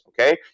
okay